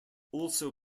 also